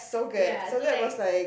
ya so like